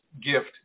gift